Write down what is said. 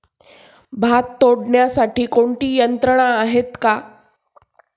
भात तोडण्यासाठी कोणती यंत्रणा आहेत का?